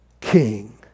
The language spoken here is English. King